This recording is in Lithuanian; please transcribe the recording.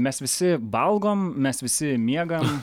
mes visi valgom mes visi miegam